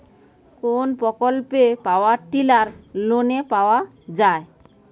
কোন প্রকল্পে power tiller লোনে পাওয়া য়ায়?